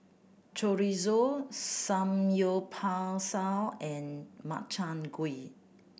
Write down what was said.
Chorizo Samgyeopsal and Makchang Gui